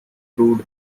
proved